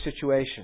situation